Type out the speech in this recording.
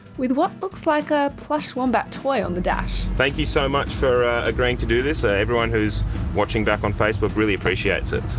with what looks like a plush wombat toy on the dash. thank you so much for agreeing to do this. everyone who's watching back on facebook really appreciates it, so.